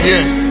Yes